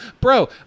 Bro